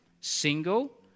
Single